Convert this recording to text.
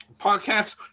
podcast